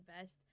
best